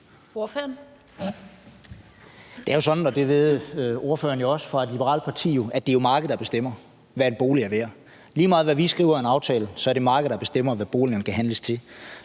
Det er jo sådan, og det ved ordføreren for et liberalt parti jo også, at det er markedet, der bestemmer, hvad en bolig er værd. Lige meget hvad vi skriver i en aftale, er det markedet, der bestemmer, hvad boligerne kan handles til.